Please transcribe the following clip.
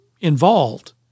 involved